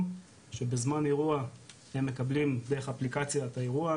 שבזמן אירוע הם מקבלים דרך אפליקציה את האירוע,